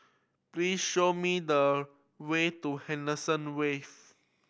please show me the way to Henderson Wave